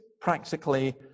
practically